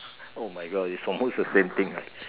oh my god it's almost the same thing right